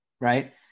right